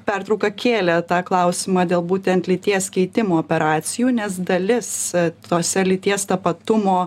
pertrauką kėlė tą klausimą dėl būtent lyties keitimo operacijų nes dalis tose lyties tapatumo